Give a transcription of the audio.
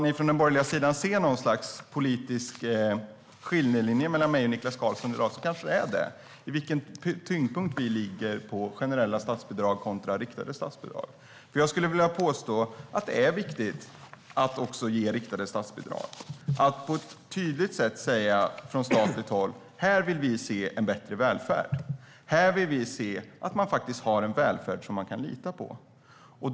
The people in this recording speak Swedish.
Om den borgerliga sidan vill se en politisk skiljelinje mellan mig och Niklas Karlsson i dag är det kanske just vilken tyngd vi lägger på generella statsbidrag kontra riktade statsbidrag. Jag vill påstå att det är viktigt att ge också riktade statsbidrag, att från statligt håll säga på ett tydligt sätt att vi vill se en bättre välfärd här, att vi vill se att man har en välfärd som man kan lita på.